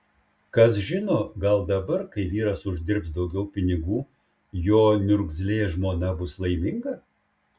kas žino gal dabar kai vyras uždirbs daugiau pinigų jo niurzglė žmona bus laiminga